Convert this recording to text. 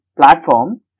platform